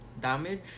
damage